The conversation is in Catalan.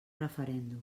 referèndum